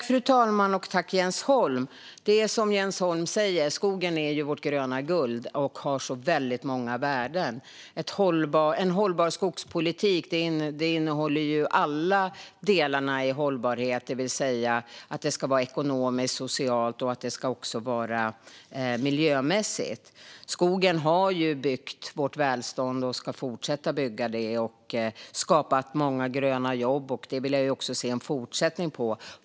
Fru talman! Det är som Jens Holm säger: Skogen är vårt gröna guld, och den har så väldigt många värden. En hållbar skogspolitik innehåller alla delar i hållbarhet, det vill säga att det ska vara ekonomiskt och socialt och dessutom miljömässigt. Skogen har byggt vårt välstånd och ska fortsätta att bygga det. Den har skapat många gröna jobb, och det vill jag också se en fortsättning på.